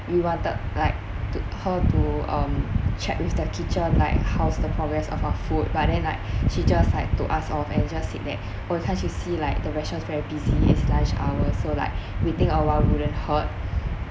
we wanted like to her to um check with their kitchen like how was the progress of our food but then like she just like to ask all of us just sit back oh can't you see like the restaurant is very busy is lunch hour so like waiting a while wouldn't hurt